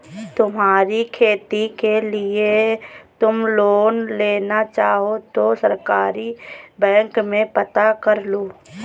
तुम्हारी खेती के लिए तुम लोन लेना चाहो तो सहकारी बैंक में पता करलो